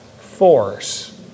force